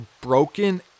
broken